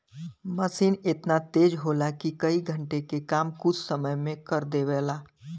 मसीन एतना तेज होला कि कई घण्टे के काम कुछ समय मे कर देवला